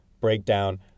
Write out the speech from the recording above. breakdown